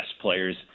players